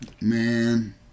Man